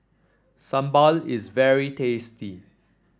sambal is very tasty